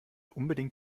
unbedingt